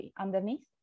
underneath